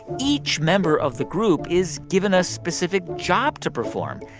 each member of the group is given a specific job to perform.